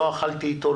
לא אכלתי אתו,